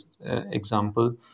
example